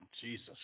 Jesus